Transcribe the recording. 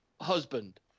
husband